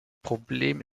problem